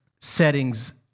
settings